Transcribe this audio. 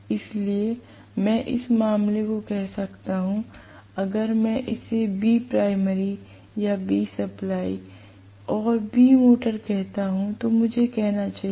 इसलिए मैं इस मामले में कह सकता हूं अगर मैं इसे Vprimary या Vsupply और Vmotor कहता हूं तो मुझे कहना चाहिए